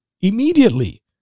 immediately